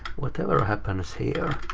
what ever happens here.